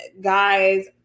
guys